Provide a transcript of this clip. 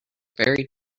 very